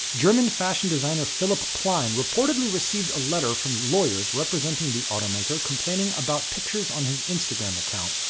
german fashion designer philip plein reportedly received a letter from lawyers representing the automaker complaining about pictures on his instagram account.